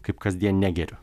kaip kasdien negeriu